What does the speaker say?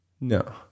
No